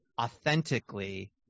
authentically